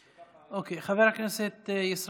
תודה לחבר הכנסת יבגני סובה.